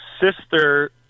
sister